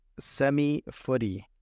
SemiFooty